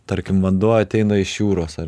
tarkim vanduo ateina iš jūros ar